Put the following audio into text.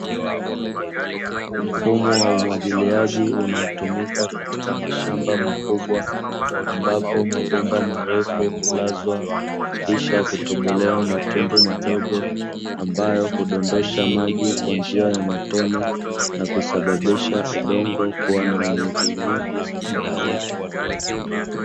Mfumo wa umwagiliaji unaotumika katika mashamba makubwa ambapo mabomba marefu hulazwa kisha kutobolewa matundu madogo, ambayo hudondosha maji kwa njia ya matone na kusababisha udongo kuwa na unyevuunyevu muda wote.